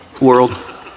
World